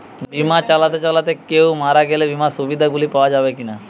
বিমা চালাতে চালাতে কেও মারা গেলে বিমার সুবিধা গুলি পাওয়া যাবে কি না?